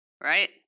Right